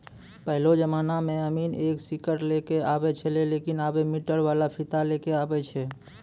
पहेलो जमाना मॅ अमीन एक सीकड़ लै क आबै छेलै लेकिन आबॅ मीटर वाला फीता लै कॅ आबै छै